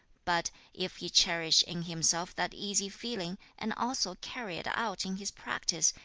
but if he cherish in himself that easy feeling, and also carry it out in his practice,